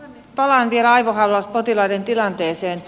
palaan vielä aivohalvauspotilaiden tilanteeseen